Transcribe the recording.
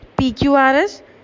pqrs